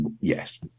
yes